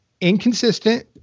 inconsistent